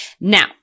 Now